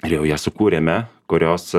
jau jas sukūrėme kurios